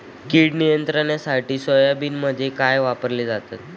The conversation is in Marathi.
कीड नियंत्रणासाठी सोयाबीनमध्ये काय वापरले जाते?